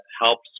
helps